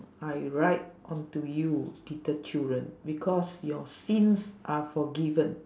I write onto you little children because your sins are forgiven